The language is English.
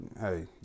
hey